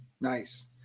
Nice